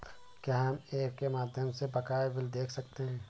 क्या हम ऐप के माध्यम से बकाया बिल देख सकते हैं?